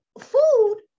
food